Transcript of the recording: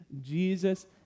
Jesus